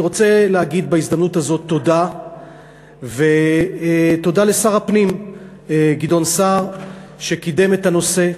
אני רוצה להגיד בהזדמנות הזאת תודה לשר הפנים גדעון סער שקידם את הנושא.